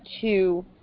two